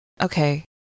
okay